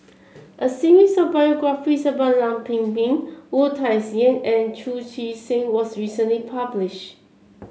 a series of biographies about Lam Pin Min Wu Tsai Yen and Chu Chee Seng was recently published